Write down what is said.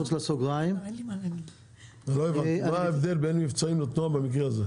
מה ההבדל בין מבצעים לתנועה במקרה הזה?